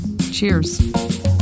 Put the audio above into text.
cheers